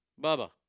Bubba